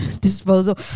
disposal